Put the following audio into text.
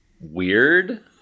weird